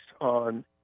on